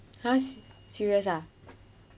!huh! serious ah